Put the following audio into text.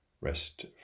Rest